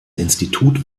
institut